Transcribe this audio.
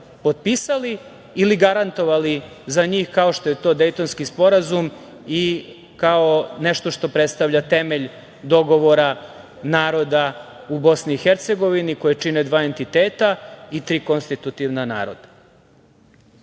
potpisali ili garantovali za njih, kao što je to Dejtonski sporazum i kao nešto što predstavlja temelj dogovora naroda u BiH, koju čine dva entiteta i tri konstitutivna naroda. Sigurno